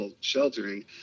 sheltering